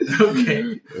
Okay